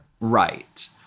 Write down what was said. Right